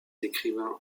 écrivains